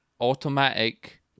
Automatic